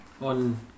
on